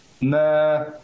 Nah